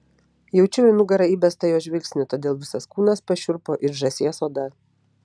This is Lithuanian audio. jaučiau į nugarą įbestą jo žvilgsnį todėl visas kūnas pašiurpo it žąsies oda